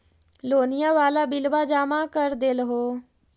लोनिया वाला बिलवा जामा कर देलहो?